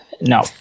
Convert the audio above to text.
No